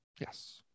Yes